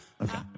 okay